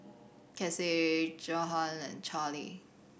Casey Johnathan and Charle